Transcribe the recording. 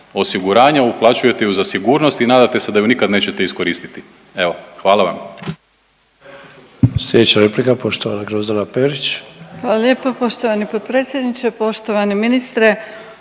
osiguranja. Uplaćujete je za sigurnost i nadate se da je nikad nećete iskoristiti. Evo hvala vam.